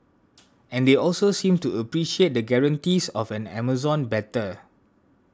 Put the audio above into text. and they also seemed to appreciate the guarantees of an Amazon better